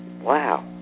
Wow